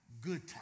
good